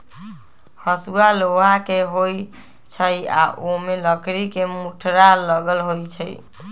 हसुआ लोहा के होई छई आ ओमे लकड़ी के मुठरा लगल होई छई